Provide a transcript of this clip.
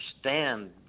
understand